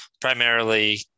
primarily